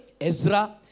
Ezra